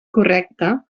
correcte